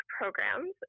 programs